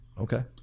Okay